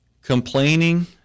Complaining